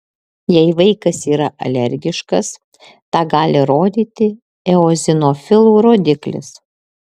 jei vaikas yra alergiškas tą gali rodyti eozinofilų rodiklis